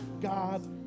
God